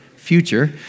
future